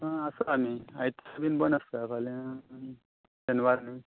आं आसा आमी आयतारा बी बंद आसता फाल्यां शेनवार न्ही